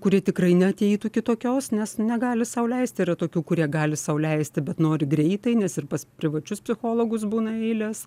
kurie tikrai neateitų kitokios nes negali sau leisti yra tokių kurie gali sau leisti bet nori greitai nes ir pas privačius psichologus būna eilės